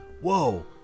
Whoa